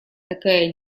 такая